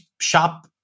shop